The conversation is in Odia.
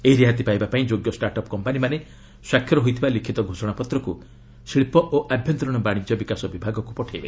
ଏହି ରିହାତି ପାଇବା ପାଇଁ ଯୋଗ୍ୟ ଷ୍ଟାର୍ଟ୍ଅପ୍ କମ୍ପାନୀମାନେ ସ୍ୱାକ୍ଷର ହୋଇଥିବା ଲିଖିତ ଘୋଷଣାପତ୍ରକୁ ଶିଳ୍ପ ଓ ଆଭ୍ୟନ୍ତରୀଣ ବାଣିଜ୍ୟ ବିକାଶ ବିଭାଗକ୍ର ପଠାଇବେ